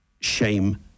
shame